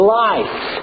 life